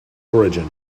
origin